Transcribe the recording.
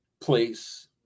place